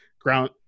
ground